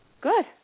Good